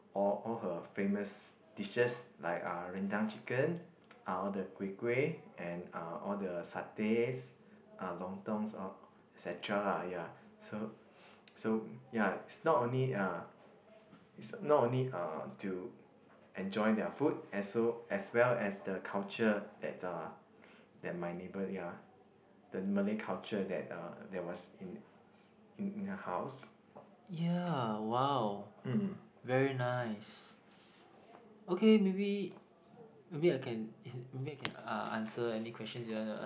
all her famous all her dishes like uh rendang chicken ah all the kueh-kueh and all the satays uh lontong et cetra so so it's not only to uh to enjoy their and so food as well as their culture that my neighbour ya